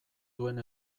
duen